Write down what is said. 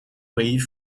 wave